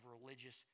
religious